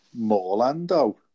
Morlando